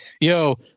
Yo